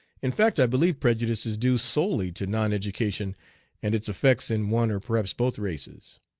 in fact i believe prejudice is due solely to non-education and its effects in one or perhaps both races.